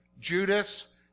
Judas